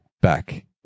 back